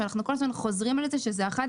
שאנחנו כל הזמן חוזרים על זה שזאת אחת